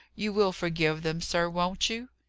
you will forgive them, sir, won't you?